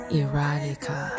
erotica